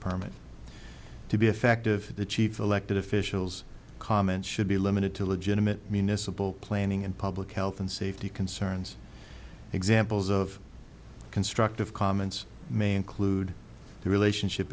permit to be effective the chief elected officials comments should be limited to legitimate mean a simple planning and public health and safety concerns examples of constructive comments may include the relationship